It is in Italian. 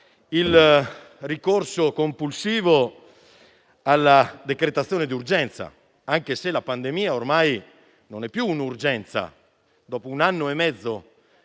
il ricorso compulsivo alla decretazione d'urgenza, anche se la pandemia ormai non è più un'urgenza. Dopo un anno e mezzo